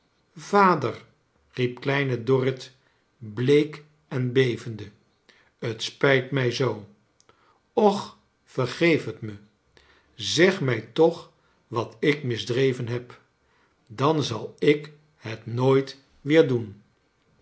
vader riep kleine doriit bleek en bevende het spijt mij zoo och vergeef het me zeg mij toch wat ik misdreven heb dan zal ik het nooit weer doen